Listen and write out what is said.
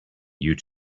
you